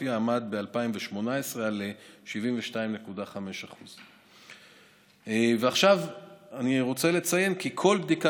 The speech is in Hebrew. הממוגרפיה עמד ב-2018 על 72.5%. ועכשיו אני רוצה לציין כי כל בדיקה